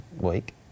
week